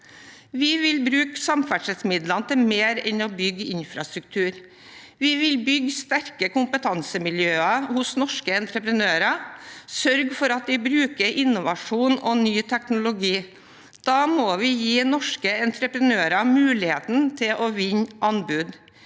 Vi vil bruke samferdselsmidlene til mer enn å bygge infrastruktur. Vi vil bygge sterke kompetansemiljøer hos norske entreprenører og sørge for at de bruker innovasjon og ny teknologi. Da må vi gi norske entreprenører muligheten til å vinne anbud.